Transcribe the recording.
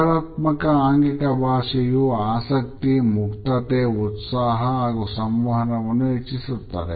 ಸಕಾರಾತ್ಮಕ ಆಂಗಿಕ ಭಾಷೆಯು ಆಸಕ್ತಿ ಮುಕ್ತತೆ ಉತ್ಸಾಹ ಹಾಗೂ ಸಂವಹನವನ್ನು ಹೆಚ್ಚಿಸುತ್ತದೆ